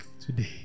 today